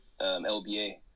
LBA